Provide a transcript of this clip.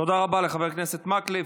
תודה רבה לחבר הכנסת מקלב.